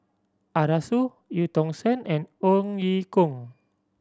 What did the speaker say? Arasu Eu Tong Sen and Ong Ye Kung